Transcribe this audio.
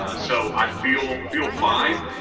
ah so i feel, feel fine.